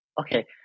okay